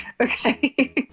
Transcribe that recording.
okay